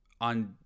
on